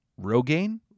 Rogaine